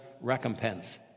recompense